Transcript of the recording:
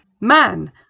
Man